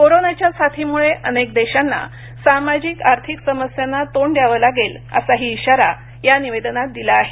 कोरोनाच्या साथीमुळे अनेक देशांना सामाजिक आर्थिक समस्यांना तोंड द्यावं लागेल असाही इशारा या निवेदनात दिला आहे